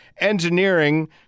Engineering